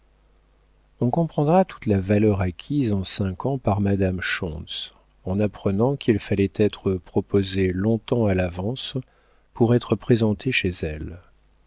on comprendra toute la valeur acquise en cinq ans par madame schontz en apprenant qu'il fallait être proposé longtemps à l'avance pour être présenté chez elle